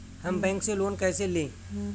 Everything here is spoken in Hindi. हम बैंक से लोन कैसे लें?